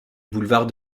boulevard